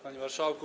Panie Marszałku!